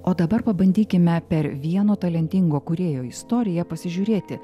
o dabar pabandykime per vieno talentingo kūrėjo istoriją pasižiūrėti